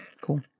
cool